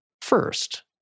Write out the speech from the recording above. first